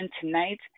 tonight